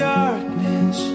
darkness